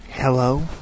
Hello